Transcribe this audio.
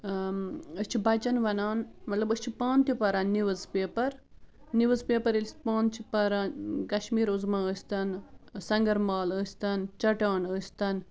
أسۍ چھِ بَچن وَنان مطلب أسۍ چھِ پانہٕ تہِ پَران نِوٕز پیپَر نِوٕز پیپَر ییٚلہِ أسۍ پانہٕ چھِ پَران کشمیٖر عُظمیٰ ٲسۍتن سنٛگر مال ٲسۍتَن چَٹان ٲسۍتن